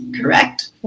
correct